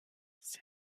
ces